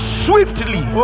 swiftly